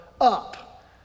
up